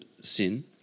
sin